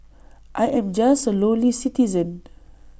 I am just A lowly citizen